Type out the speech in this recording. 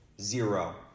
zero